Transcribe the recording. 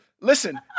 listen